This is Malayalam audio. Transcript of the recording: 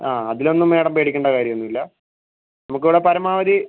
ആ അതിൽ ഒന്നും മേഡം പേടിക്കേണ്ട കാര്യം ഒന്നും ഇല്ല നമുക്ക് ഇവിടെ പരമാവധി